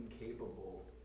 incapable